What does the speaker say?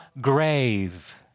grave